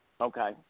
Okay